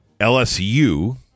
LSU